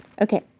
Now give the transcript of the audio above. Okay